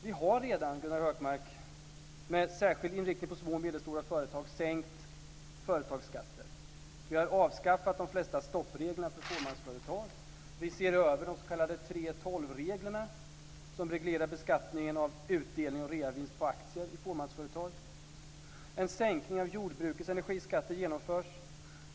Vi har redan, Gunnar Hökmark, med en särskild inriktning på små och medelstora företag, sänkt företagsskatter. Vi har avskaffat de flesta stoppreglerna för fåmansföretag. Vi ser över de s.k. 3:12-reglerna, som reglerar beskattningen av utdelning och reavinst på aktier i fåmansföretag. En sänkning av jordbrukets energiskatter genomförs.